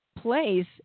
place